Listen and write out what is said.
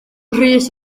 rhys